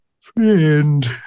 Friend